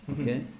okay